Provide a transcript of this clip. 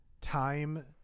time